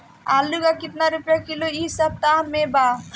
आलू का कितना रुपया किलो इह सपतह में बा?